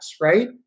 right